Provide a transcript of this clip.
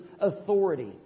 authority